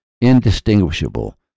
indistinguishable